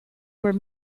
were